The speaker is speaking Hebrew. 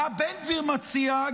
מה בן גביר מציע,